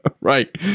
Right